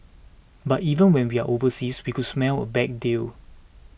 but even when we are overseas we could smell a bad deal